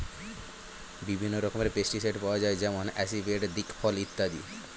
বিভিন্ন রকমের পেস্টিসাইড পাওয়া যায় যেমন আসিফেট, দিকফল ইত্যাদি